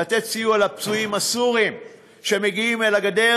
לתת סיוע לפצועים סורים שמגיעים לגדר,